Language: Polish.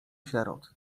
sierot